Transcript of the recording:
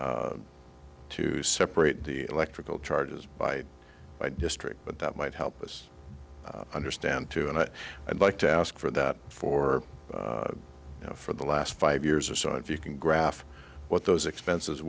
to to separate the electrical charges by by district but that might help us understand too and i'd like to ask for that for you know for the last five years or so if you can graph what those expenses